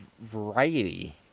variety